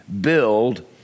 build